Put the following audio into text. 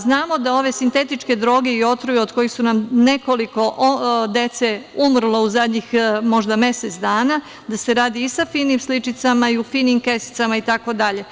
Znamo da ove sintetičke droge i otrovi od kojih nam je nekoliko dece umrlo u zadnjih možda mesec dana, da se radi i sa finim sličicama, i u finim kesicama itd.